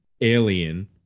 Alien